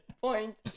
point